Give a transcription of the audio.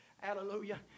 Hallelujah